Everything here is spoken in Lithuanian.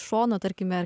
šono tarkime